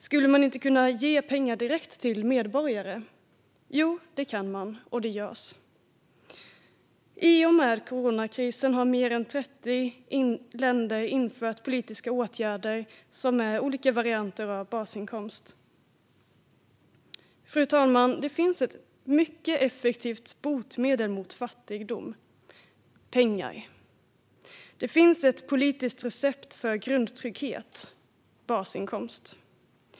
Skulle man inte kunna ge pengar direkt till medborgare? Jo, det kan man, och det görs. I och med coronakrisen har mer än 30 länder infört politiska åtgärder med olika varianter av basinkomst. Fru talman! Det finns ett mycket effektivt botemedel mot fattigdom: pengar. Det finns också ett politiskt recept för grundtrygghet: basinkomst.